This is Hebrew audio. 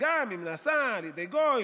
גם אם נעשה על ידי גוי,